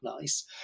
nice